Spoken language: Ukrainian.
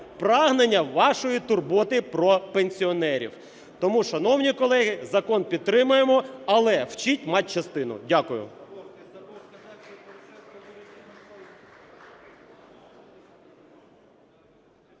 прагнення вашої турботи про пенсіонерів. Тому, шановні колеги, закон підтримуємо. Але вчіть матчастину. Дякую.